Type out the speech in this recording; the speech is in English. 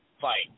fight